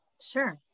sure